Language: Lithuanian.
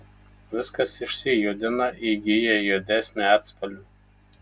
viskas išsijudina įgyja juodesnį atspalvį